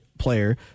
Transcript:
player